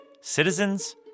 citizens